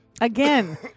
Again